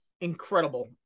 Incredible